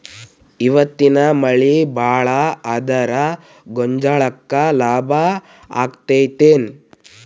ಇವತ್ತಿನ ಮಳಿ ಭಾಳ ಆದರ ಗೊಂಜಾಳಕ್ಕ ಲಾಭ ಆಕ್ಕೆತಿ ಏನ್?